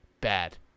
bad